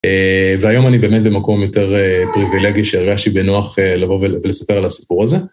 והיום אני באמת במקום יותר פריווילגי, שהרגשתי בנוח לבוא ולספר על הסיפור הזה.